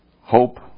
Hope